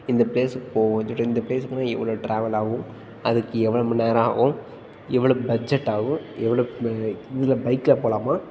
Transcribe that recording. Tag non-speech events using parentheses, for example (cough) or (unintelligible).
இந்த ப்ளேஸுக்குப் போவோம் (unintelligible) இந்த ப்ளேஸுக்குன்னு இவ்வளவு ட்ராவல் ஆகும் அதுக்கு எவ்வளவு மணி நேரம் ஆகும் எவ்வளவு பட்ஜெட் ஆகும் எவ்வளவு பைக்கில் போகலாமா